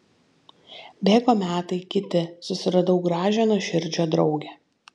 bėgo metai kiti susiradau gražią nuoširdžią draugę